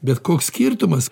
bet koks skirtumas